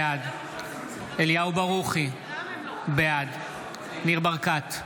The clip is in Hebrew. בעד אליהו ברוכי, בעד ניר ברקת,